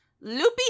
loopy